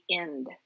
end